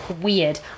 weird